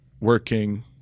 working